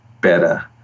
better